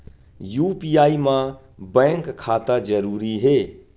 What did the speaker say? UPI मा bank खाता जरूरी हे?